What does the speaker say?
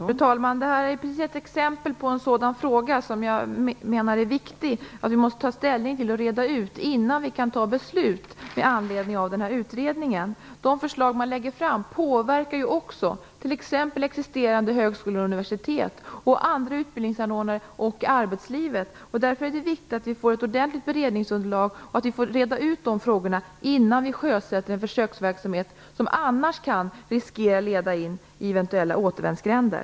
Fru talman! Detta är ett exempel på en sådan fråga som jag menar är viktig att vi måste ta ställning till och reda ut innan vi kan fatta beslut med anledning av utredningen. De förslag som läggs fram påverkar också t.ex. existerande högskolor och universitet, andra utbildningsanordnare och arbetslivet. Det är därför viktigt att vi får ett ordentligt beredningsunderlag och får reda ut de frågorna innan vi sjösätter en försöksverksamhet som annars kan riskera att leda in i eventuella återvändsgränder.